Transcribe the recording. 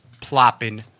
plopping